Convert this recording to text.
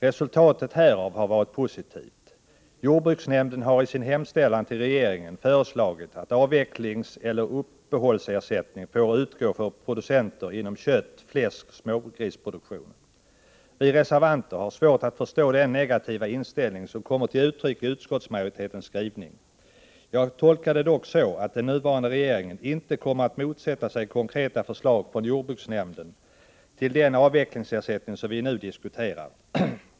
Resultatet härav har varit positivt. Jordbruksnämnden har i sin hemställan till regeringen föreslagit att möjlighet ges att ”införa avvecklingseller uppehållsersättning även för producenter inom köttoch fläsk/smågrisproduktionen”. Vi reservanter har svårt att förstå den negativa inställning som kommer till uttryck i utskottsmajoritetens skrivning. Jag tolkar det dock så att den nuvarande regeringen inte kommer att motsätta sig konkreta förslag från jordbruksnämnden till den avvecklingsersättning som vi nu diskuterar.